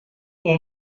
اون